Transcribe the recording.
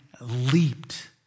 leaped